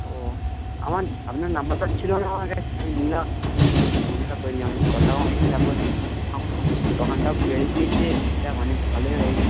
ও আমার আপনার নাম্বার তো ছিলো না আমার কাছে আমি নিলাম আমি দেখি ফোনটা করি আমি কথাও হয় নি তারপর এখন সব দোকানটাও বেড়ে গিয়েছে ঠিকঠাক মানে ভালোই হয়ে গিয়েছে